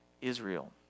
Israel